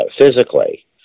physically